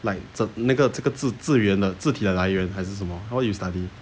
like 这那个这个字自愿的字体来源还是什么 how you study